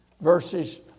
verses